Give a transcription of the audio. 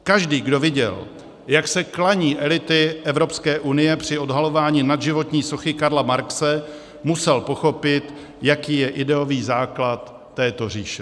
Každý, kdo viděl, jak se klaní elity Evropské unie při odhalování nadživotní sochy Karla Marxe, musel pochopit, jaký je ideový základ této říše.